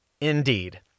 indeed